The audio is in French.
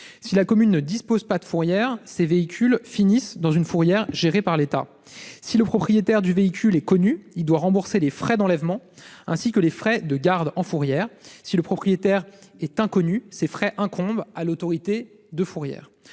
Si la commune ne dispose pas de fourrière, ces véhicules terminent dans une fourrière gérée par l'État. Si le propriétaire du véhicule est connu, il doit rembourser les frais d'enlèvement, ainsi que les frais de garde en fourrière ; s'il est inconnu, ces frais incombent à l'autorité de fourrière.